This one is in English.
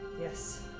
Yes